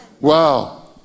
wow